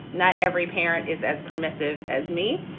not every parent is as permissive as me.